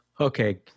Okay